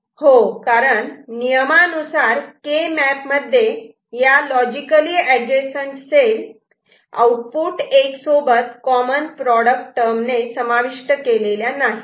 हो कारण नियमानुसार केमॅप मध्ये ह्या लॉजिकली एडजसंट सेल आउटपुट 1 सोबत कॉमन प्रॉडक्ट टर्म ने समाविष्ट केलेल्या नाहीत